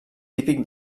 típic